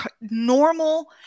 normal